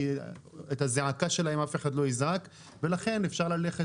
את הזעקה שלהם אף אחד לא יזעק ולכן אפשר ללכת